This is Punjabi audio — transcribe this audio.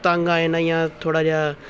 ਤੰਗ ਆ ਜਾਂਦਾ ਜਾਂ ਥੋੜ੍ਹਾ ਜਿਹਾ